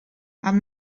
haben